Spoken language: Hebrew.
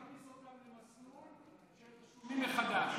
זה מכניס אותם למסלול של תשלומים מחדש.